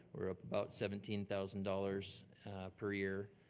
we're up about seventeen thousand dollars per year.